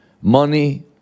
money